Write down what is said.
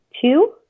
two